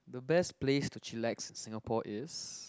the best place to chillax in Singapore is